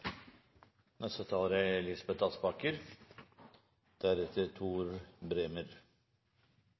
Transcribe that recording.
Neste taler er representanten Eirik Sivertsen, deretter